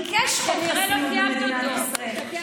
הוא ביקש חוק חסינות במדינת ישראל.